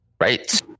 right